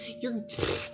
you're-